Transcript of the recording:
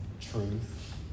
truth